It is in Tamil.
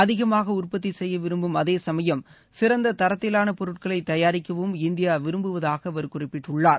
அதிகமாக உற்பத்தி செய்ய விரும்பும் அதே சமயம் சிறந்த தரத்திவான பொருட்களைத் தயாரிக்கவும் இந்தியா விரும்புவதாக அவர் குறிப்பிட்டுள்ளார்